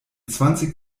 zwanzig